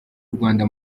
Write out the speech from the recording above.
rwanda